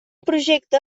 projecte